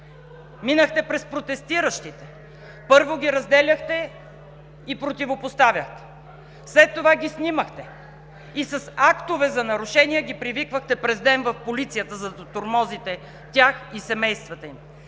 Минахте през протестиращите. Първо ги разделяхте и противопоставяхте. След това ги снимахте и с актове за нарушения ги привиквахте през ден в полицията, за да тормозите тях и семействата им.